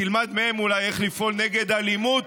תלמד מהם אולי איך לפעול נגד אלימות